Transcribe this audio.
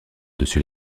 dessus